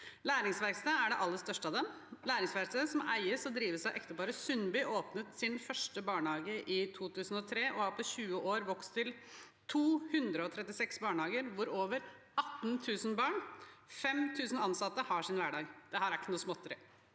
Læringsverkstedet er det aller største av konsernene. Læringsverkstedet, som eies og drives av ekteparet Sundby, åpnet sin første barnehage i 2003 og har på 20 år vokst til 236 barnehager, hvor over 18 000 barn og 5 000 ansatte har sin hverdag. Dette er ikke noe småtteri.